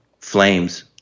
Flames